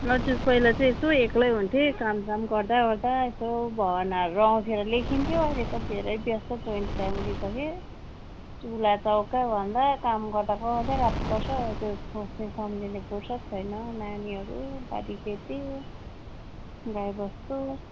हजुर पहिला चाहि यसो एक्लै हुन्थेँ कामसाम गर्दाओर्दा यसो भावनाहरू आउँदा लेखिन्थ्यो अहिले त धेरै व्यस्त जोइन्ट फ्यामिली छ कि चुलाचौका भन्दा काम गर्दागर्दै रात पर्छ त्यो सोच्ने सम्झिने फुर्सत छैन नानीहरू बारी खेती गाईबस्तु